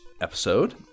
episode